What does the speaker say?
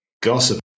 gossip